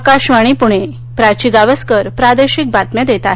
आकाशवाणी प्णे प्राची गावसकर प्रादेशिक बातम्या देत आहे